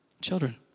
Children